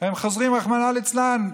הם חוזרים, רחמנא ליצלן.